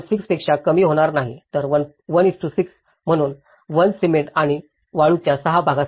6 पेक्षा कमी होणार नाही तर 1 6 म्हणून 1 सिमेंट आणि वाळूच्या 6 भागासाठी